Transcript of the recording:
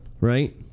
Right